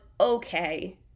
okay